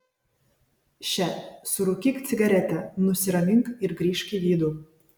še surūkyk cigaretę nusiramink ir grįžk į vidų